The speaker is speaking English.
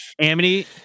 amity